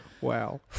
wow